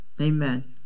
Amen